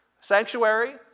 Sanctuary